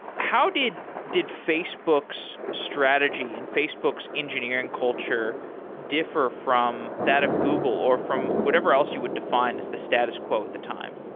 how did did facebook's strategy and facebook's engineering culture differ from that of google or from whatever else you would define as the status quo at the time?